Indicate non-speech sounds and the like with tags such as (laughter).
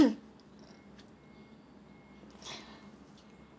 (coughs)